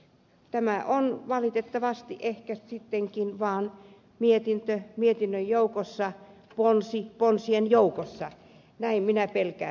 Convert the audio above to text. tämä on valitettavasti ehkä sittenkin vaan mietintö mietintöjen joukossa ponsi ponsien joukossa näin minä pelkään